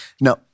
No